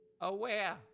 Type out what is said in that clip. aware